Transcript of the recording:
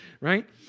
right